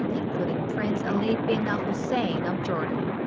including prince ali bin al hussein of jordan.